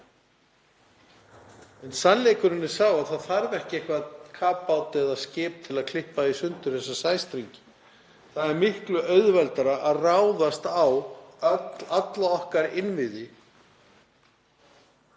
Sannleikurinn er sá að það þarf ekki kafbát eða skip til að klippa í sundur þessa sæstrengi. Það er miklu auðveldara að ráðast á alla okkar innviði